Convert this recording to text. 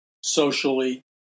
socially